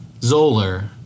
Zoller